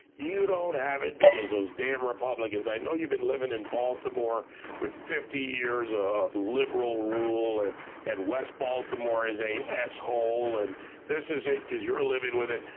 you don't have it because those damn republicans. i know you've been living in baltimore with fifty years of liberal rule and and west baltimore is a s-hole and this is it cause you're living with it,